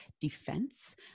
defense